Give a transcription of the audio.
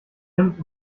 nimmt